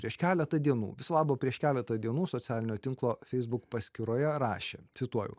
prieš keletą dienų viso labo prieš keletą dienų socialinio tinklo facebook paskyroje rašė cituoju